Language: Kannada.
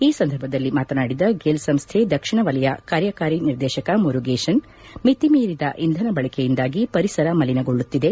ಈ ಸಂದರ್ಭದಲ್ಲಿ ಮಾತನಾಡಿದ ಗೆಲ್ ಸಂಸ್ಥೆ ದಕ್ಷಿಣ ವಲಯ ಕಾರ್ಯಕಾರಿ ನಿರ್ದೇಶಕ ಮುರುಗೇಷನ್ ಮಿತಿಮೀರಿದ ಇಂಧನ ಬಳಕೆಯಿಂದಾಗಿ ಪರಿಸರ ಮಲಿನಗೊಳ್ಳುತ್ತಿದೆ